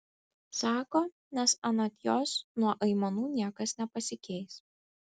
sako nes anot jos nuo aimanų niekas nepasikeis